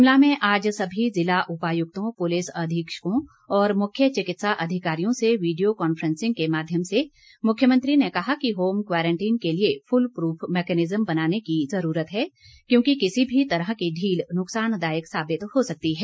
शिमला में आज सभी ज़िला उपायुक्तों पुलिस अधीक्षकों और मुख्य चिकित्सा अधिकारियों से वीडियो कॉन्फ्रेंसिंग के माध्यम से मुख्यमंत्री ने कहा कि होम क्वारंटीन के लिए फुल प्रफ मैकेनिज़्म बनाने की ज़रूरत है क्योंकि किसी भी तरह की ढील नुकसानदायक साबित हो सकती है